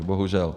Bohužel.